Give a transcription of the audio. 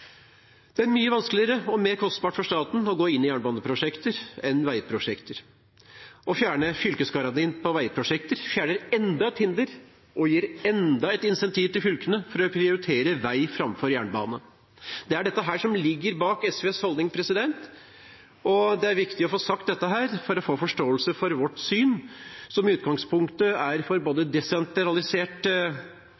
Det er mye vanskeligere og mer kostbart for staten å gå inn i jernbaneprosjekter enn veiprosjekter. Å fjerne fylkesgarantien på veiprosjekter fjerner enda et hinder og gir enda et incentiv til fylkene for å prioritere vei framfor jernbane. Det er dette som ligger bak SVs holdning, og det er viktig å få sagt det for å få forståelse for vårt syn, som i utgangspunktet er for både